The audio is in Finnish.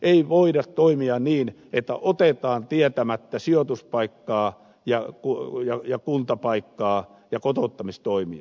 ei voida toimia niin että otetaan maahan tietämättä sijoituspaikkaa ja kuntapaikkaa ja kotouttamistoimia